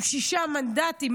עם שישה מנדטים,